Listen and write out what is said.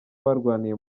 barwaniye